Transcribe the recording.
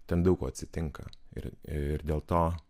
ten daug ko atsitinka ir ir dėl to